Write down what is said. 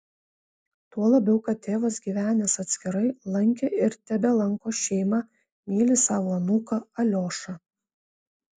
tuo labiau kad tėvas gyvenęs atskirai lankė ir tebelanko šeimą myli savo anūką aliošą